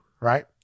right